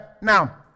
Now